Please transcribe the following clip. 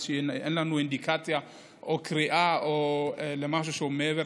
אין לנו אינדיקציה או קריאה למשהו שהוא מעבר,